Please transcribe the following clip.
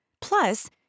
Plus